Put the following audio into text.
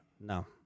No